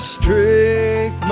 strength